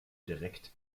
direkt